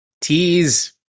Tease